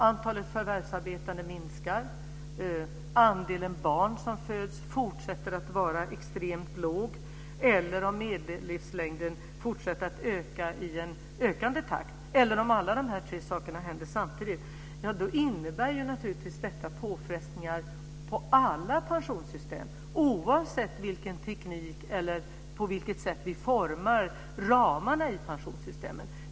Om antalet förvärvsarbetande minskar, om andelen barn som föds fortsätter att vara extremt låg, om medellivslängden fortsätter att öka i en ökande takt eller om alla de här tre sakerna händer samtidigt - då innebär naturligtvis detta påfrestningar på alla pensionssystem, oavsett med vilken teknik eller på vilket sätt vi formar ramarna i pensionssystemet.